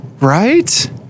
right